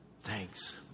Thanks